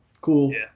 cool